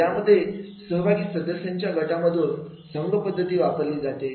यामध्ये सहभागी सदस्यांच्या गटामधून संघ पद्धती वापरली जाते